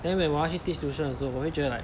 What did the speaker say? then when 我要去 teach tuition 的时候我会觉得 like